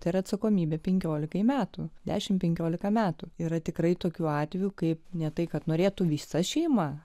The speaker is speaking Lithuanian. tai yra atsakomybė penkiolikai metų dešim penkiolika metų yra tikrai tokiu atveju kaip ne tai kad norėtų visa šeima